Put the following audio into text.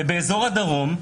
באזור הדרום,